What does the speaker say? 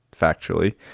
factually